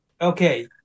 Okay